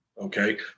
okay